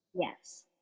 Yes